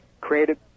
created